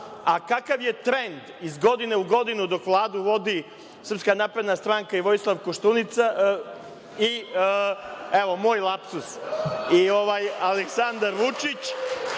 a kakav je trend iz godine u godinu dok Vladu vodi Srpska napredna stranka i Vojislav Koštunica, evo moj lapsus, Aleksandar Vučić,